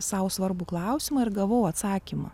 sau svarbų klausimą ir gavau atsakymą